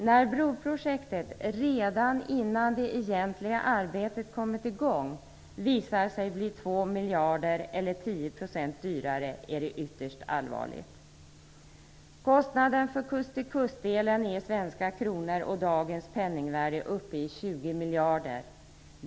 När broprojektet redan innan det egentliga arbetet kommit i gång visar sig bli 2 miljarder eller 10 % dyrare är det ytterst allvarligt. Kostnaden för kust-till-kust-delen är i svenska kronor och dagens penningvärde uppe i 20 miljarder.